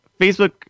Facebook